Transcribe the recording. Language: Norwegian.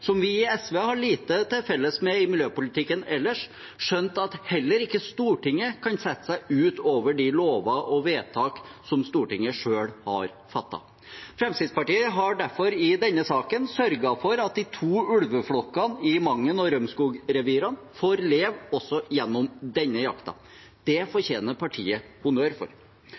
som vi i SV har lite til felles med i miljøpolitikken ellers, skjønt at heller ikke Stortinget kan sette seg over de lover og vedtak som Stortinget selv har fattet. Fremskrittspartiet har derfor i denne saken sørget for at de to ulveflokkene i Mangen- og Rømskog-revirene får leve også gjennom denne jakten. Det fortjener partiet honnør for.